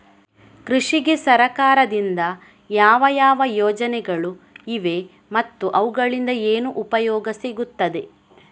ಕೃಷಿಗೆ ಸರಕಾರದಿಂದ ಯಾವ ಯಾವ ಯೋಜನೆಗಳು ಇವೆ ಮತ್ತು ಅವುಗಳಿಂದ ಏನು ಉಪಯೋಗ ಸಿಗುತ್ತದೆ?